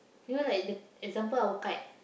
you know like the example our kite